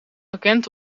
bekend